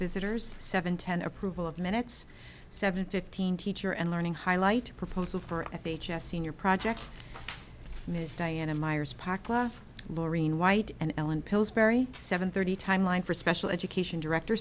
visitors seven ten approval of minutes seven fifteen teacher and learning highlight proposal for at the h s senior project ms diana meyers parka lorien white and ellen pillsbury seven thirty timeline for special education director